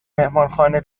مهمانخانه